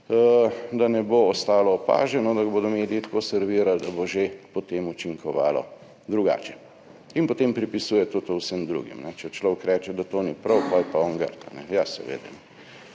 da ne bo opaženo, da ga bodo mediji tako servirali, da bo že potem učinkovalo drugače. In potem se pripisuje to vsem drugim, če človek reče, da to ni prav, potem je pa on grd. Ja seveda.